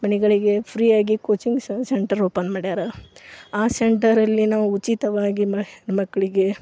ಮಣಿಗಳಿಗೆ free ಆಗಿ coaching centre open ಮಾಡ್ಯಾರ ಆ ಸೆಂಟರಲ್ಲಿ ನಾವು ಉಚಿತವಾಗಿ ಮಕ್ಕಳಿಗೆ